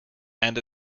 and